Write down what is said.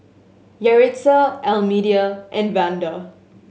Yaritza Almedia and Vander